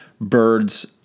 birds –